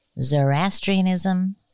Zoroastrianism